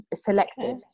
selective